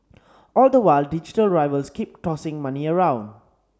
all the while digital rivals keep tossing money around